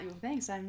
Thanks